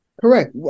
Correct